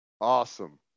awesome